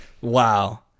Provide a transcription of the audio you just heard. Wow